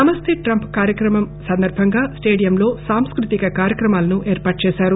నమస్తే ట్రంప్ కార్యక్రమం సందర్బంగా స్టేడియంలో సాంస్కృతిక కార్యక్రమాలు ఏర్పాట్లు చేశారు